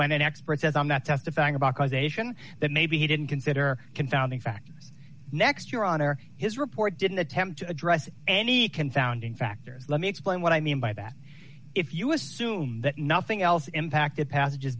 when an expert says i'm not testifying about causation that maybe he didn't consider confounding factors next your honor his report didn't attempt to address any confounding factors let me explain what i mean by that if you assume that nothing else impacted pass